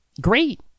Great